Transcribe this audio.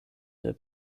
der